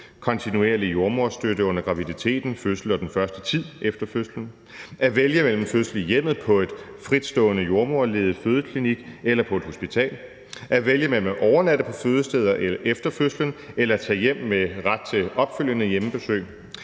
kontinuerlig jordemoderstøtte under graviditeten, fødslen og den første tid efter fødslen, at vælge mellem fødsel i hjemmet, på en fritstående jordemorderledet fødeklinik eller på et hospital, at vælge mellem at overnatte på fødestedet efter fødslen eller at tage hjem med ret til opfølgende hjemmebesøg,